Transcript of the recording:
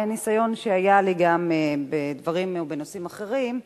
מהניסיון שהיה לי גם בדברים ובנושאים אחרים,